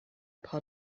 paar